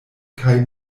kaj